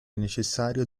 necessario